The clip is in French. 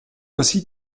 ainsi